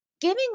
giving